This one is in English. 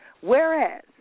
Whereas